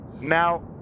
now